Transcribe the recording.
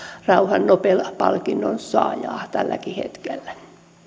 talouden nobel palkinnon saajaa tälläkin hetkellä